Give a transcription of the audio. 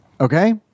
Okay